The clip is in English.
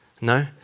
No